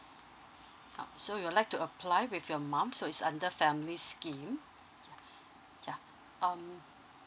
now so you would like to apply with your mum so is under family scheme yeah um